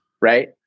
Right